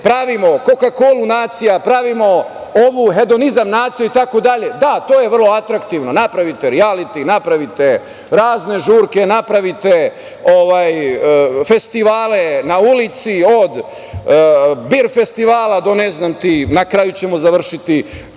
pravimo „Koka-kolu“ nacija, pravimo ovu hedonizam naciju itd, da, to je vrlo atraktivno. Napravite rijaliti, napravite razne žurke, napravite festivale na ulici od „Bir“ festivala, na kraju ćemo završiti